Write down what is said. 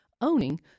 owning